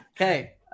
Okay